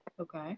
okay